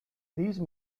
these